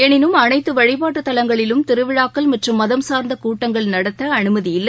எளினும் அனைத்துவழிபாட்டுத் தலங்களிலும் திருவிழாக்கள் மற்றும் மதம் சார்ந்தகூட்டங்கள் நடத்தஅனுமதியில்லை